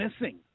missing